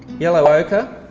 yellow ocher, a